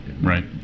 Right